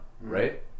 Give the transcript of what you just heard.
right